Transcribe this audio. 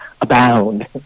abound